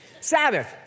Sabbath